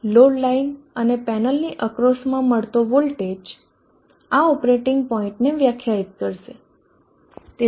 load line અને પેનલની અક્રોસમાં મળતો વોલ્ટેજ આ ઓપરેટિંગ પોઇન્ટને વ્યાખ્યાયિત કરશે